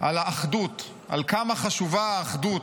על האחדות, על כמה חשובה האחדות.